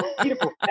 Beautiful